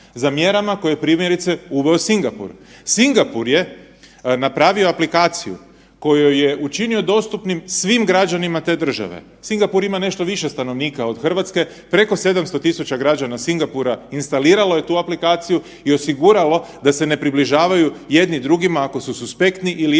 za mjerama koje je primjerice uveo Singapur. Singapur je napravio aplikaciju koju je učinio dostupnim svim građanima te države. Singapur ima nešto više stanovnika od Hrvatske, preko 700.000 građana Singapura instaliralo je tu aplikaciju i osiguralo da se ne približavaju jedni drugima ako su suspektni ili imaju